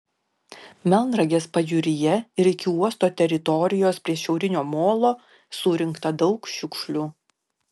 melnragės pajūryje ir iki uosto teritorijos prie šiaurinio molo surinkta daug šiukšlių